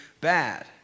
bad